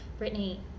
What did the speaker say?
Brittany